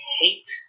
hate